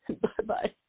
Bye-bye